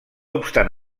obstant